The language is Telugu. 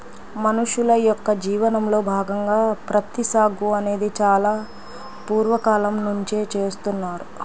మనుషుల యొక్క జీవనంలో భాగంగా ప్రత్తి సాగు అనేది చాలా పూర్వ కాలం నుంచే చేస్తున్నారు